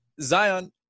Zion